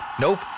Nope